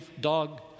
dog